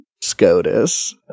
SCOTUS